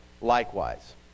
likewise